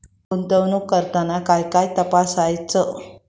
गुंतवणूक करताना काय काय तपासायच?